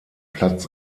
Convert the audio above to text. platz